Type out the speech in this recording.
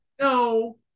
no